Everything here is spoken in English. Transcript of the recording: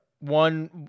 One